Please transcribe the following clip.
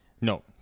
No